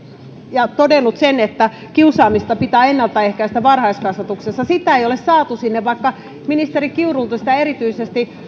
ja todennut sen että kiusaamista pitää ennaltaehkäistä varhaiskasvatuksessa sitä ei ole saatu sinne vaikka ministeri kiurulta sitä erityisesti